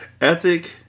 Ethic